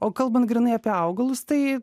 o kalbant grynai apie augalus tai